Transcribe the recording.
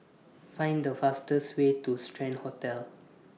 Find The fastest Way to Strand Hotel